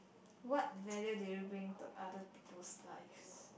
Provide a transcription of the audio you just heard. what value do you bring to other peoples lives